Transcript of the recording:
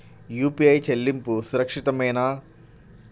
UPI చెల్లింపు సురక్షితమేనా?